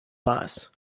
bus